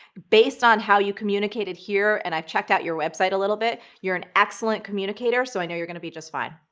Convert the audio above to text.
based on how you communicated here, and i've checked out your website a little bit, you're an excellent communicator, so i know you're gonna be just fine.